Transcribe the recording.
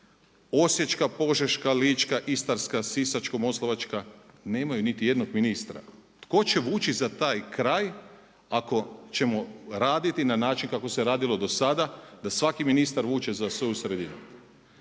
Osječka, Požeška, Lička, Istarska, Sisačko-moslavačka nemaju nitijednog ministra. Tko će vući za taj kraj ako ćemo raditi na način kako se radilo dosada da svaki ministar vuče za svoju sredinu?